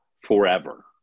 forever